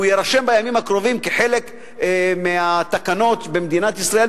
והוא יירשם בימים הקרובים כחלק מהתקנות במדינת ישראל,